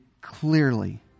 clearly